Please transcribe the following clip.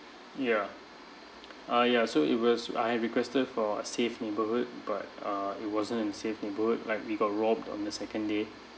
ya uh ya so it was I have requested for a safe neighbourhood but uh it wasn't a safe neighbourhood like we got robbed on the second day